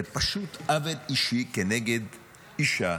זה פשוט עוול אישי כנגד אישה,